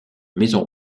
maisons